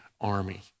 army